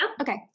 okay